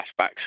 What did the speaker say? flashbacks